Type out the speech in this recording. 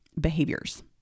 behaviors